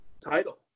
title